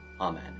Amen